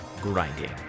grinding